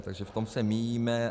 Takže v tom se míjíme.